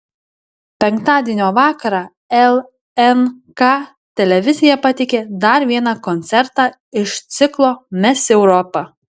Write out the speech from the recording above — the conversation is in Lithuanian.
penktadienio vakarą lnk televizija pateikė dar vieną koncertą iš ciklo mes europa